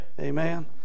Amen